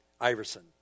Iverson